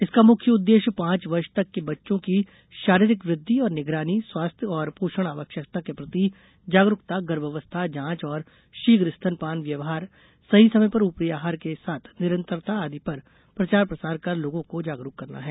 इसका मुख्य उद्देश्य पांच वर्ष तक के बच्चों की शारीरिक वृद्धि और निगरानी स्वास्थ्य और पोषण आवश्यकता के प्रति जागरूकता गर्भावस्था जांच और शीघ्र स्तनपान व्यवहार सही समय पर ऊपरी आहार के साथ निरंतरता आदि पर प्रचार प्रसार कर लोगों को जागरूक करना है